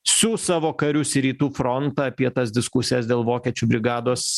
siųs savo karius į rytų frontą apie tas diskusijas dėl vokiečių brigados